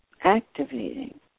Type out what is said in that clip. activating